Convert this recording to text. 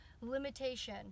limitation